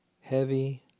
heavy